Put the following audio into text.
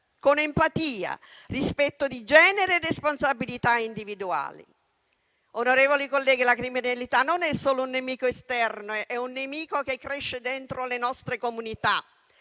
con empatia, rispetto di genere e responsabilità individuali. Onorevoli colleghi, la criminalità non è solo un nemico esterno, è un nemico che cresce dentro le nostre comunità,